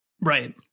Right